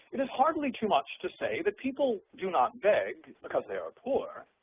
it is hardly too much to say that people do not beg because they are poor,